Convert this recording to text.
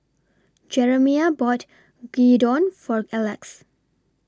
Jeremiah bought Gyudon For Alex